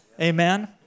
Amen